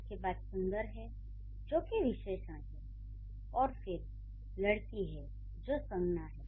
इसके बाद 'सुंदर' है जो कि विशेषण है और फिर 'लड़की' है जो संज्ञा है